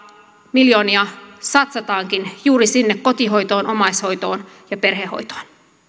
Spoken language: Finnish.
miljoonia satsataankin juuri sinne kotihoitoon omaishoitoon ja perhehoitoon